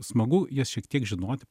smagu jas šiek tiek žinoti